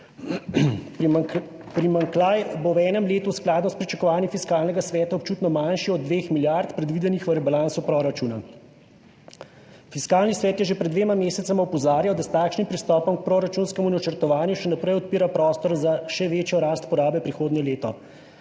Primanjkljaj bo v enem letu skladno s pričakovanji Fiskalnega sveta občutno manjši od dveh milijard, predvidenih v rebalansu proračuna. Fiskalni svet je že pred dvema mesecema opozarjal, da se s takšnim pristopom k proračunskemu načrtovanju še naprej odpira prostor za še večjo rast porabe prihodnje leto.